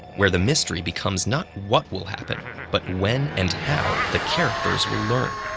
where the mystery becomes not what will happen but when and how the characters will learn.